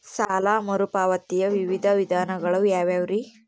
ಸಾಲ ಮರುಪಾವತಿಯ ವಿವಿಧ ವಿಧಾನಗಳು ಯಾವ್ಯಾವುರಿ?